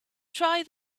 try